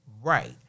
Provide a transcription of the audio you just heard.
Right